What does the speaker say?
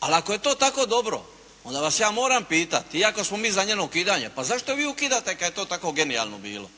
ali ako je to tako dobro onda vas ja moram pitati iako smo mi za njeno ukidanje pa zašto vi ukidate kad je to tako genijalno bilo.